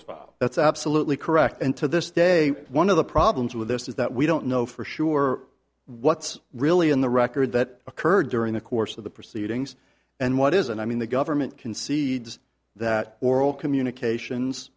filed that's absolutely correct and to this day one of the problems with this is that we don't know for sure what's really in the record that occurred during the course of the proceedings and what is and i mean the government concedes that oral communications